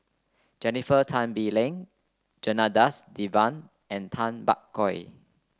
Jennifer Tan Bee Leng Janadas Devan and Tay Bak Koi